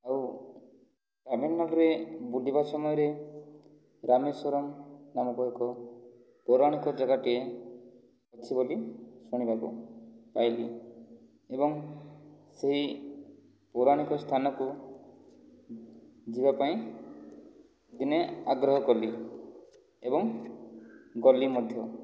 ଆଉ ତାମିଲନାଡ଼ୁରେ ବୁଲିବା ସମୟରେ ରାମେଶ୍ୱରମ୍ ନାମକ ଏକ ପୌରାଣିକ ଜାଗାଟିଏ ଅଛି ବୋଲି ଶୁଣିବାକୁ ପାଇଲି ଏବଂ ସେହି ପୌରାଣିକ ସ୍ଥାନକୁ ଯିବା ପାଇଁ ଦିନେ ଆଗ୍ରହ କଲି ଏବଂ ଗଲି ମଧ୍ୟ